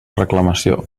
reclamació